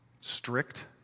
strict